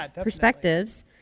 perspectives